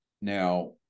now